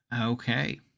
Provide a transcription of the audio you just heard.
Okay